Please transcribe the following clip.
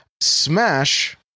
Smash